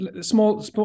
small